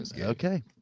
Okay